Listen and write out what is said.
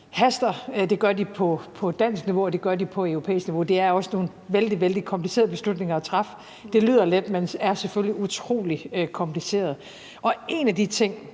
Det gør de på dansk niveau, og det gør de på europæisk niveau. Det er også nogle vældig, vældig komplicerede beslutninger at træffe. Det lyder let, men er selvfølgelig utrolig kompliceret. En af de ting,